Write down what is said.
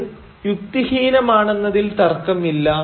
അത് യുക്തിഹീനമാണെന്നതിൽ തർക്കമില്ല